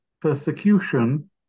persecution